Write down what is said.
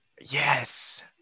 yes